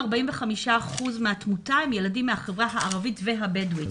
45 אחוז מהתמותה הם ילדים מהחברה הערבית והבדואית.